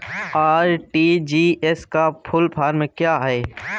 RTGS का full form क्या है?